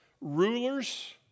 rulers